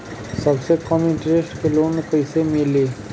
सबसे कम इन्टरेस्ट के लोन कइसे मिली?